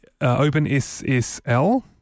OpenSSL